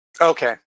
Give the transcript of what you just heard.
Okay